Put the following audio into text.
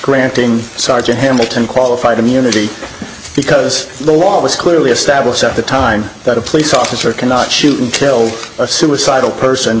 granting sergeant hamilton qualified immunity because the law was clearly established at the time that a police officer cannot shoot and kill a suicidal person